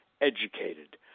educated